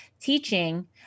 teaching